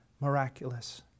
miraculous